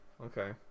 Okay